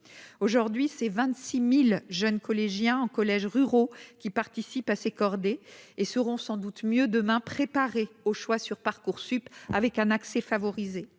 aujourd'hui c'est 26000 jeunes collégiens en collèges ruraux qui participent à ces cordées et seront sans doute mieux demain préparer au choix sur Parcoursup avec un accès favorisé,